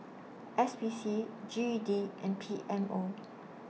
S P C G E D and P M O